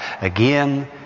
again